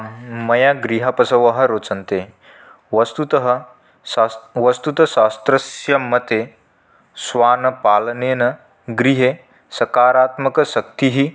मया गृहपशवः रोचन्ते वस्तुतः सा वस्तुतः शास्त्रस्य मते श्वानपालनेन गृहे सकारात्मकशक्तिः